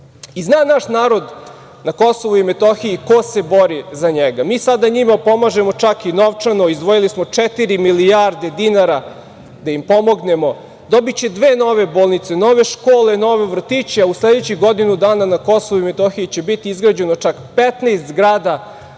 naš narod na KiM ko se bori za njega. Mi sada njima pomažemo čak i novčano. Izdvojili smo četiri milijarde dinara da im pomognemo. Dobiće dve nove bolnice, nove škole, nove vrtiće, a u sledećih godinu dana na KiM će biti izgrađeno čak 15 zgrada